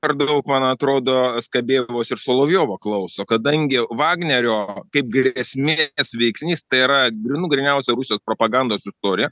per daug man atrodo skabejevos ir solovjovo klauso kadangi vagnerio kaip grėsmės veiksnys tai yra grynų gryniausia rusijos propagandos istorija